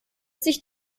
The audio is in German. sich